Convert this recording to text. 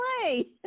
play